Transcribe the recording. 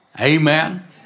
Amen